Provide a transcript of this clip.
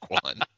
one